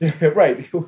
Right